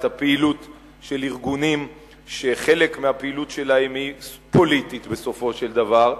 את הפעילות של ארגונים שחלק מהפעילות שלהם היא פוליטית בסופו של דבר,